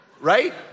Right